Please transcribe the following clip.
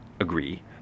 agree